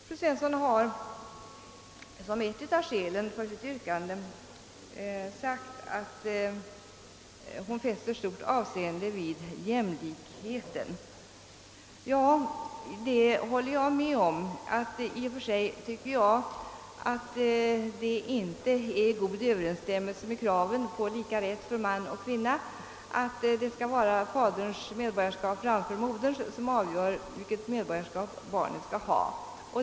Fru Svensson har som ett av skälen för sitt yrkande anfört, att hon fäster stort avseende vid jämlikheten. Det gör jag också, och i och för sig tycker jag inte att det står i god överensstämmelse med kravet på lika rätt för man och kvinna, att det är faderns medborgarskap som avgör vilket medborgarskap barnet skall ha.